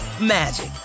magic